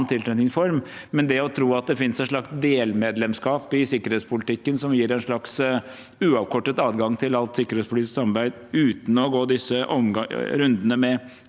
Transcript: tilknytningsform, men å tro at det finnes delmedlemskap i sikkerhetspolitikken som gir en slags uavkortet adgang til alt sikkerhetspolitisk samarbeid uten å gå disse rundene med